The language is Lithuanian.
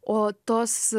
o tos